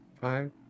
Five